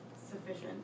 sufficient